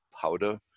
Powder